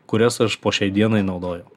kurias aš po šiai dienai naudoju